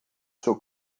sua